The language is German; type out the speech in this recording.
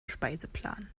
speiseplan